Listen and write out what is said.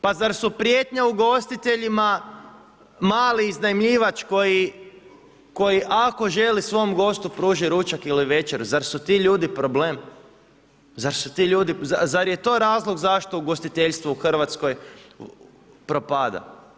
Pa zar su prijetnja ugostiteljima mali iznajmljivač koji ako želi svom gostu pružiti ručak ili večeru, zar su ti ljudi problem Zar je to razlog zašto ugostiteljstvo u Hrvatskoj propada?